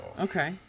okay